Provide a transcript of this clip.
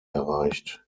erreicht